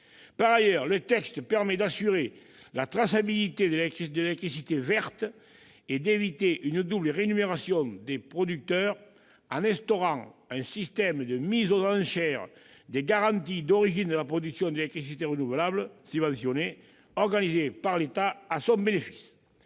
Par ailleurs, le texte permet d'assurer la traçabilité de l'électricité verte et d'éviter une double rémunération des producteurs en instaurant un système de mise aux enchères des garanties d'origine de la production d'électricité renouvelable subventionnée, organisé par l'État à son bénéfice.